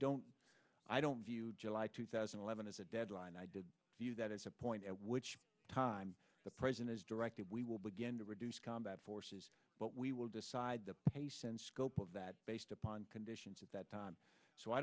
don't i don't view july two thousand and eleven as a deadline i did that as a point at which time the president has directed we will begin to reduce combat forces but we will decide the pace and scope of that based upon conditions at that time